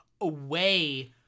away